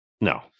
No